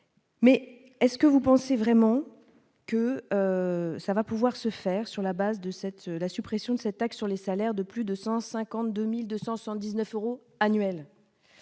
Mais est-ce que vous pensez vraiment que ça va pouvoir se faire sur la base de cette la suppression de cette taxe sur les salaires de plus de 150 2200 119 euros annuels.